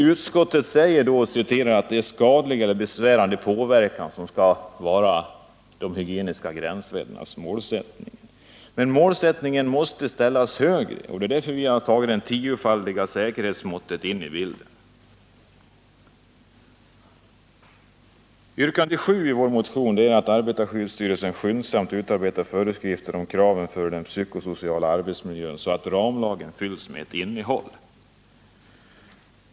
Utskottet säger att det är förebyggande av skadlig eller besvärande påverkan som skall vara de hygieniska gränsvärdenas målsättning. Men målsättningen måste ställas högre, och det är därför som vi i bilden har fört in det tiofaldiga säkerhetsmåttet. Yrkande 7 i vår motion är att arbetarskyddsstyrelsen skyndsamt skall utarbeta föreskrifter om kraven på den psykosociala arbetsmiljön, så att ramlagen fylls med ett innehåll.